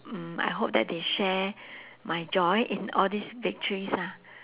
mm I hope that they share my joy in all these victories lah